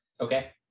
Okay